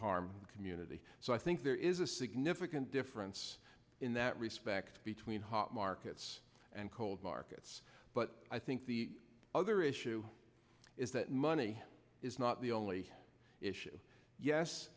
harm community so i think there is a significant difference in that respect between hot markets and cold markets but i think the other issue is that money is not the only issue yes